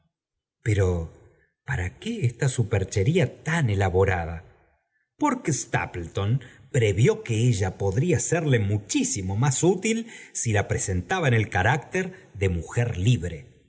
pero para qué esta superchería tan elab tm parque stapleton prevíó que ella podría serle muchísimo más útil si la presentaba en el carácter de mujer libre